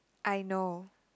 I know